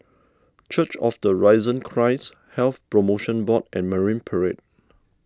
Church of the Risen Christ Health Promotion Board and Marine Parade